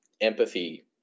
Empathy